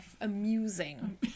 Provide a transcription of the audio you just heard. amusing